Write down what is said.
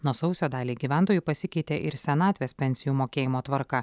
nuo sausio daliai gyventojų pasikeitė ir senatvės pensijų mokėjimo tvarka